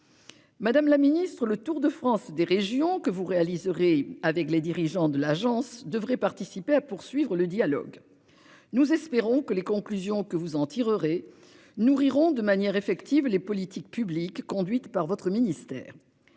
Madame la Ministre, le Tour de France des régions que vous réaliserez avec les dirigeants de l'Agence devrait participer à poursuivre le dialogue. Nous espérons que les conclusions que vous en tirerez nourriront de manière effective, les politiques publiques conduites par votre ministère.